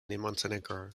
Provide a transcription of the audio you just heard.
montenegro